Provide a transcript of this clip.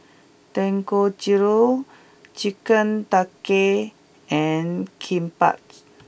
Dangojiru Chicken Tikka and Kimbap